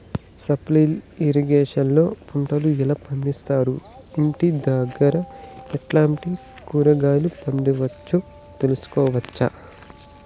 Sprinkle irrigation లో పంటలు ఎలా పండిస్తారు, ఇంటి దగ్గరే ఎట్లాంటి కూరగాయలు పండించు తెలుసుకోవచ్చు?